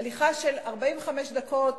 הליכה של 45 דקות